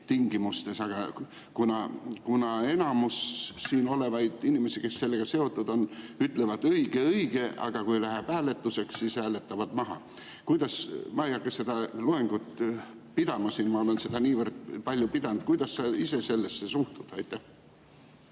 tingimustes. Aga enamik siin olevaid inimesi, kes sellega seotud on, ütleb: õige-õige, aga kui läheb hääletuseks, siis hääletavad maha. Ma ei hakka seda loengut pidama, ma olen seda niivõrd palju pidanud. Kuidas sa ise sellesse suhtud?